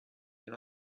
you